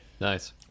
Nice